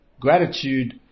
gratitude